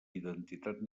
identitat